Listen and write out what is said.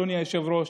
אדוני היושב-ראש.